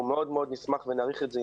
אנחנו מאוד מאוד נשמח ונעריך את זה,